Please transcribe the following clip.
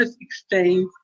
exchange